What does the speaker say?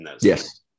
yes